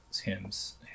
hymns